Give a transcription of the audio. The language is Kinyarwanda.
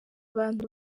abantu